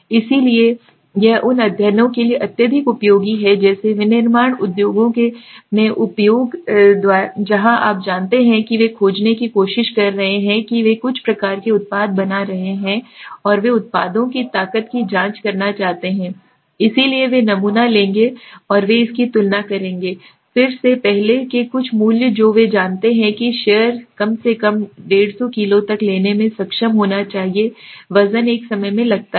इसलिए यह उन अध्ययनों के लिए अत्यधिक उपयोगी है जैसे विनिर्माण उद्योगों में उद्योग जहाँ आप जानते हैं कि वे खोजने की कोशिश कर रहे हैं कि वे कुछ प्रकार के उत्पाद बना रहे हैं और वे उत्पादों की ताकत की जांच करना चाहते हैं इसलिए वे नमूना लेंगे और वे इसकी तुलना करेंगे फिर से पहले के कुछ मूल्य जो वे जानते हैं कि शेयर कम से कम 150 किलो तक लेने में सक्षम होना चाहिए वजन एक समय में लगता है